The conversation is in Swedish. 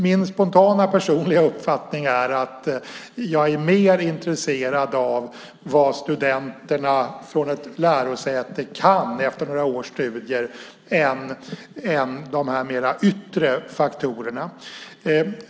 Min spontana personliga uppfattning är att jag är mer intresserad av vad studenterna från ett lärosäte kan efter några års studier än de yttre faktorerna.